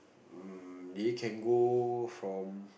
um they can go from